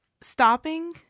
stopping